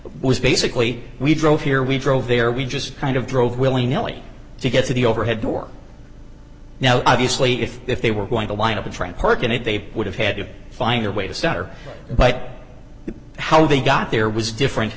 was basically we drove here we drove there we just kind of drove willingly to get to the overhead door now obviously if if they were going to line up a track park in it they would have had to find a way to stutter but how they got there was different